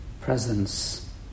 presence